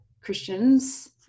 Christians